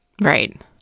Right